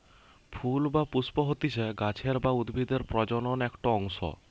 ফুল বা পুস্প হতিছে গাছের বা উদ্ভিদের প্রজনন একটো অংশ